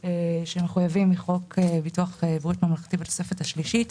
שמחויבים מחוק ביטוח בריאות ממלכתי בתוספת השלישית,